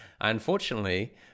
Unfortunately